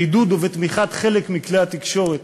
בעידוד ובתמיכת חלק מכלי התקשורת,